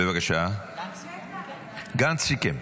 גנץ סיכם.